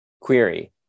query